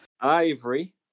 Ivory